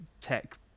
tech